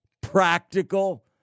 practical